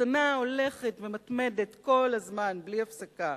הקטנה הולכת ומתמדת כל הזמן, בלי הפסקה,